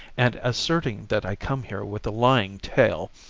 and asserting that i come here with a lying tale,